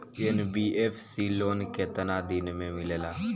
NBFC loan केतना दिन मे मिलेला?